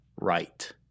right